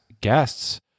guests